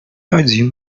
один